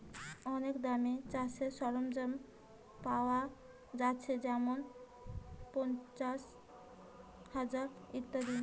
অনেক দামে চাষের সরঞ্জাম পায়া যাচ্ছে যেমন পাঁচশ, হাজার ইত্যাদি